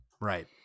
right